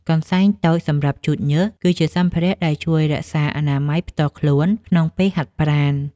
កន្សែងតូចសម្រាប់ជូតញើស គឺជាសម្ភារៈដែលជួយរក្សាអនាម័យផ្ទាល់ខ្លួនក្នុងពេលហាត់ប្រាណ។